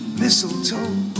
mistletoe